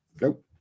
Nope